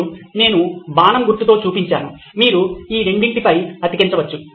మరియు నేను బాణం గుర్తుతో చూపించాను మీరు ఈ రెండింటిపై అతికించవచ్చు